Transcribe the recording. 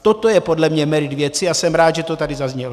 Toto je podle mě meritum věci a jsem rád, že to tady zaznělo.